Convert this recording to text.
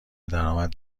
درآمد